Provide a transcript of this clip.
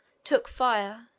took fire,